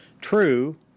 True